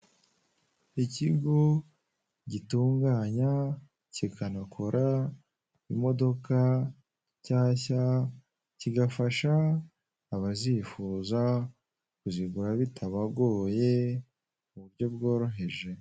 Ikigo gitunganya kikanakora imodoka nshyashya kigafasha abazifuza kuzigura bitabagoye mu buryo bworoheje.